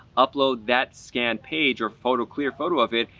upload that scanned page or photo, clear photo of it,